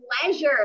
pleasure